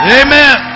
amen